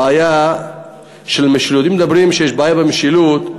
בעיה של משילות, אם אומרים שיש בעיה במשילות,